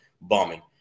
bombing